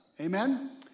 Amen